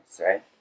right